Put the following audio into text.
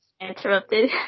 interrupted